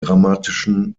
grammatischen